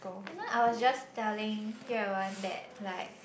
you know I was just telling Ye-Wen that like